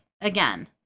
again